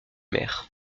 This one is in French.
mer